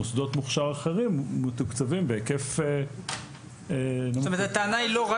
מוסדות מוכש"ר אחרים מתוקצבים בהיקף נמוך יותר.